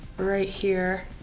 right here